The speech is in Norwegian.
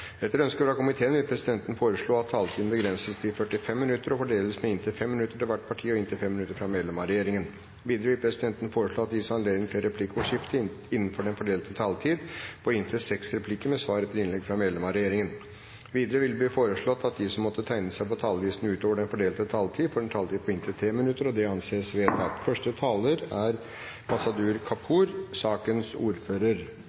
Etter ønske fra komiteen vil presidenten foreslå at taletiden begrenses til 40 minutter og fordeles med inntil 5 minutter til hvert parti og inntil 5 minutter til medlem av regjeringen. Videre vil presidenten foreslå at det gis anledning til replikkordskifte på inntil seks replikker med svar etter innlegg fra medlem av regjeringen innenfor den fordelte taletid. Videre blir det foreslått at de som måtte tegne seg på talerlisten utover den fordelte taletid, får en taletid på inntil 3 minutter. – Det anses vedtatt.